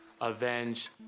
avenge